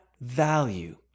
value